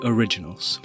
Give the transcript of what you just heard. Originals